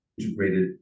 integrated